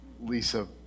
Lisa